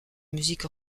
musique